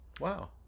wow